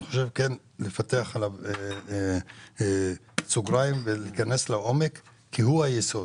אני חושב שכן צריך לפתוח עליו סוגריים ולהיכנס לעומק כי הוא היסוד.